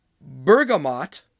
bergamot